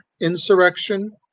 Insurrection